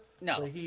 No